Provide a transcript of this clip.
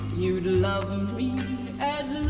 you'd love and me as